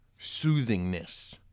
Soothingness